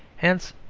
hence,